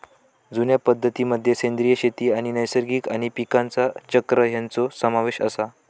जुन्या पद्धतीं मध्ये सेंद्रिय शेती आणि नैसर्गिक आणि पीकांचा चक्र ह्यांचो समावेश आसा